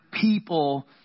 people